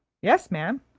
yes, ma'am,